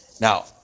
Now